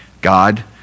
God